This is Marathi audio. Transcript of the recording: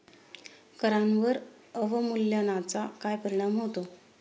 करांवर अवमूल्यनाचा काय परिणाम होतो?